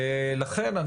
לכן,